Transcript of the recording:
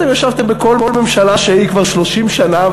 אתם ישבתם בכל ממשלה שהיא כבר 30 שנה,